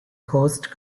host